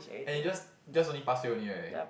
and it just just only past year only right